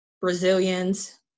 Brazilians